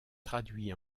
traduit